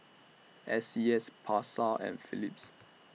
S C S Pasar and Philips